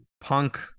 Punk